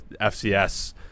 FCS